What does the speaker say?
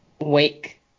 Wake